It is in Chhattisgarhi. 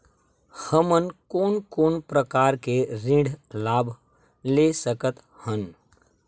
हमन कोन कोन प्रकार के ऋण लाभ ले सकत हन?